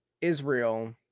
Israel